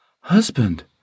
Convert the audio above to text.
Husband